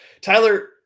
tyler